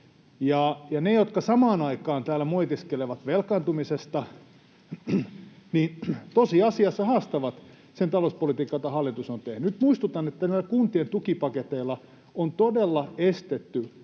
Ne, jotka samaan aikaan täällä moitiskelevat velkaantumisesta, tosiasiassa haastavat sen talouspolitiikan, jota hallitus on tehnyt. Nyt muistutan, että näillä kuntien tukipaketeilla on todella estetty